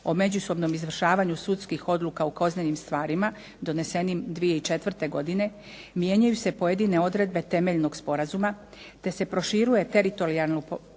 o međusobnom izvršavanju sudskih odluka u kaznenim stvarima donesenim 2004. godine mijenjaju se pojedine odredbe temeljnog sporazuma, te se proširuje teritorijalno područje